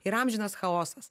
ir amžinas chaosas